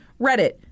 Reddit